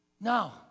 No